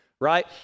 right